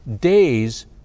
days